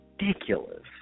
ridiculous